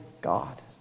God